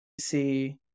see